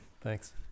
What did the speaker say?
Thanks